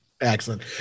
Excellent